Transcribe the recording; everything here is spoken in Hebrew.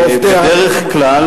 בדרך כלל,